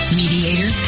mediator